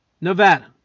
Nevada